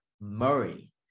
Murray